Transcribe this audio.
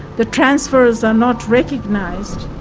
the transfers are not recognised.